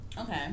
okay